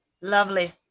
Lovely